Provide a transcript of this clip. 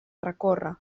recórrer